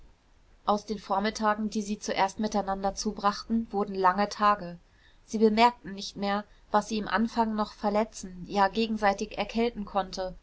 aus den vormittagen die sie zuerst miteinander zubrachten wurden lange tage sie bemerkten nicht mehr was sie im anfang noch verletzen ja gegenseitig erkälten konnte